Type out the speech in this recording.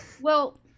Well-